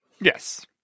yes